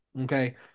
Okay